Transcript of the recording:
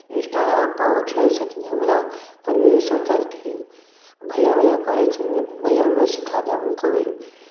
इंस्टाग्रामपर ओहो छोड़ै छथिन जे हमरा करथिन भैया भैया कहै छै हमरो सिखा दह हुनको भी